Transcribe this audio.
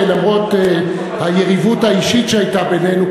למרות היריבות האישית שהייתה בינינו,